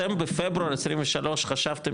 אתם בפברואר 23, חשבתם